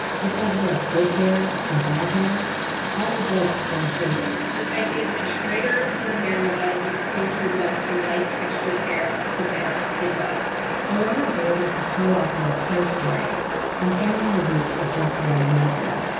this idea of good hair and bad hair all developed during slavery this idea that the straighter your hair was, or the closer it was too white textured hair, the better it was ayana byrd is the co-author of hair story untangling the roots of black hair in america.